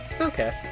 okay